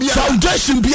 foundation